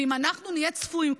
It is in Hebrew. ואם אנחנו נהיה צפויים,